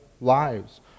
lives